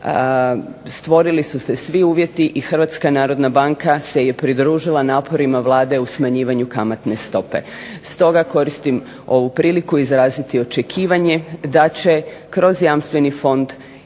stvorili su se svi uvjeti i Hrvatska narodna banka se je pridružila naporima Vlade u smanjivanju kamatne stope. Stoga koristim ovu priliku izraziti očekivanje da će kroz Jamstveni fond i niske